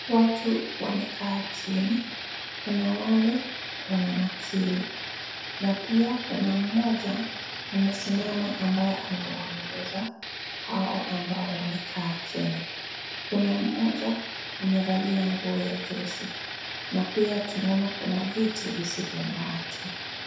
Watu wamekaa chini. Kuna wale wananakili na pia kuna mmoja amesimama ambaye anawaongoza hao ambao wamekaa chini, Kuna mmoja amevalia nguo ya jeshi na pia kuna viti visivyo na watu.